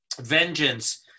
vengeance